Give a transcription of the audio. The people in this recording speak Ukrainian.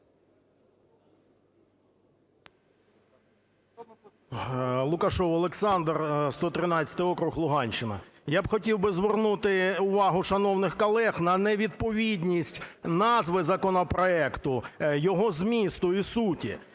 Лукашев Олександр, 113 округ, Луганщина. Я б хотів би звернути увагу шановних колег на невідповідність назви законопроекту його змісту і суті.